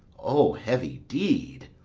o heavy deed!